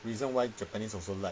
reason why japanese also like